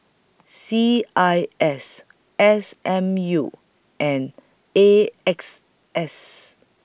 C I S S M U and A X S